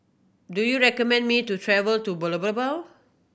do you recommend me to travel to